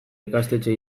ikastetxe